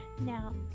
Now